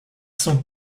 sont